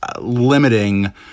limiting